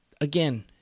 again